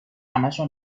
همشو